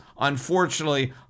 Unfortunately